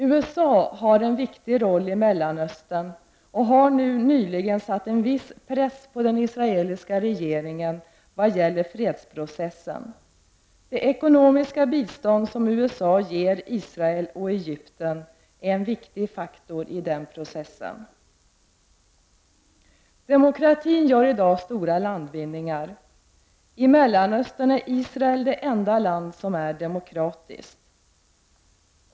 USA har en viktig roll i Mellanöstern och har nyligen satt en viss press på den israeliska regeringen vad gäller fredsprocessen. Det ekonomiska bistånd som USA ger Israel och Egypten är en viktig faktor i den processen. Demokratin gör i dag stora landvinningar. I Mellanöstern är Israel det enda land som är demokratiskt.